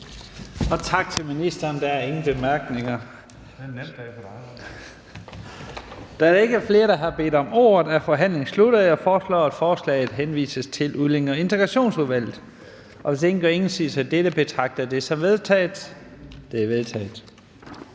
Tak til ministeren. Der er ingen korte bemærkninger. Da der ikke er flere, som har bedt om ordet, er forhandlingen sluttet. Jeg foreslår, at beslutningsforslaget henvises til Udlændinge- og Integrationsudvalget. Hvis ingen gør indsigelse, betragter jeg dette som vedtaget. Det er vedtaget.